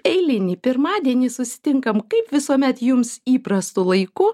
eilinį pirmadienį susitinkam kaip visuomet jums įprastu laiku